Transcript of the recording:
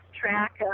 track